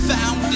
Found